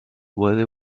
whether